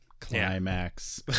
Climax